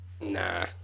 Nah